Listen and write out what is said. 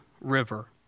River